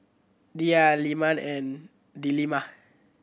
Dhia Leman and Delima